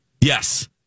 Yes